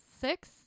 six